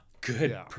good